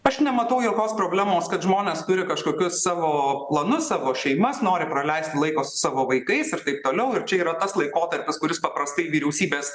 aš nematau jokios problemos kad žmonės turi kažkokius savo planus savo šeimas nori praleisti laiko savo vaikais ir taip toliau ir čia yra tas laikotarpis kuris paprastai vyriausybės